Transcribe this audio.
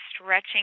stretching